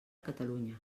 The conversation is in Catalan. catalunya